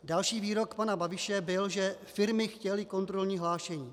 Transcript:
Další výrok pana Babiše byl, že firmy chtěly kontrolní hlášení.